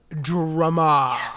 drama